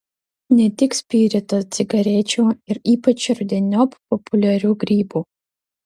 ne tik spirito cigarečių ir ypač rudeniop populiarių grybų